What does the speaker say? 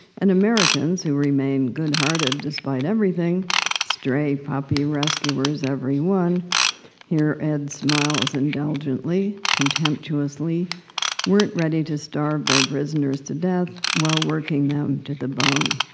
and americans, who remain good-hearted despite everything stray puppy rescuers every one here ed smiles indulgently, contemptuously weren't ready to starve their prisoners to death while working them to the bone.